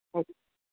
okay